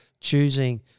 choosing